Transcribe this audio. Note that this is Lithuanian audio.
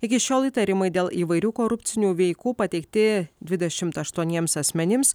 iki šiol įtarimai dėl įvairių korupcinių veikų pateikti dvidešimt aštuoniems asmenims